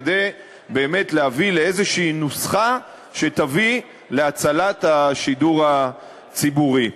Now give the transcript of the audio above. כדי באמת להביא לאיזו נוסחה שתביא להצלת השידור הציבורי.